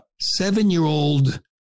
seven-year-old